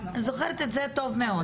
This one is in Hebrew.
אני זוכרת את זה טוב מאוד.